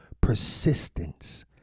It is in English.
persistence